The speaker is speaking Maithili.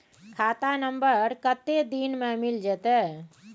खाता नंबर कत्ते दिन मे मिल जेतै?